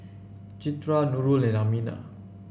Citra Nurul and Aminah